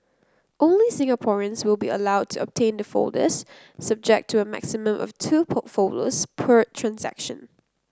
only Singaporeans will be allowed to obtain the folders subject to a maximum of two folders per transaction